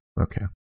Okay